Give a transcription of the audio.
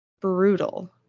Brutal